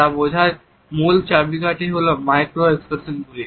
তা বোঝার মূল চাবিকাঠি হল মাইক্রো এক্সপ্রেশনগুলি